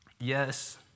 Yes